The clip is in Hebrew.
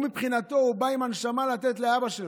הוא מבחינתו בא עם הנשמה לתת לאבא שלו,